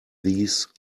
these